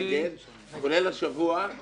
ועברו יותר משבועיים